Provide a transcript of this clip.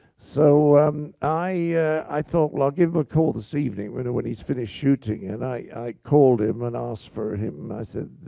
so um i thought well, i'll give him a call this evening but when he's finished shooting. and i called him and asked for him. i said,